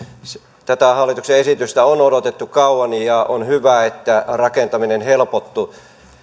tätä hallituksen esitystä on odotettu kauan ja on hyvä että rakentaminen helpottuu